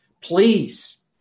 please